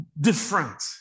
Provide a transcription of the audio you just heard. different